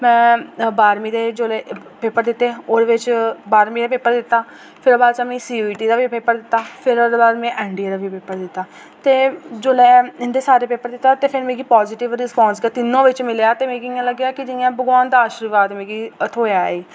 में बारमीं दे जोल्लै पेपर दित्ते ओह्दे बिच बारमीं दा पेपर दित्ता फिर ओह्दे बाच में सी बी टी दा बी पेपर दित्ता फिर ओह्दे बाद में एन डी ए दा बी पेपर दित्ता ते जोल्लै इं'दे सारे पेपर दित्ता ते एह्दे बिच मिगी पॉजीटिव रिस्पांस गै तिन्नों बिच मिलेआ ते मिगी इ'यां लग्गेआ की जि'यां भगवान दा आशीर्वाद मिगी थ्होया ऐ